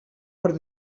per